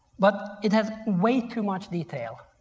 but it has way too much detail.